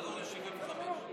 לעבור ל-75.